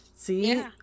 See